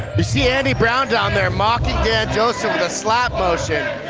you see andy brown down there mocking dan joseph the slap motion.